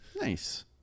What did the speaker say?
nice